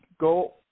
go